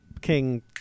King